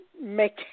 Make